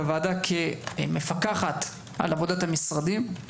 בוועדה כמפקחת על עבודת המשרדים.